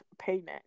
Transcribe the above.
payment